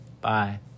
Bye